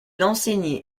enseignait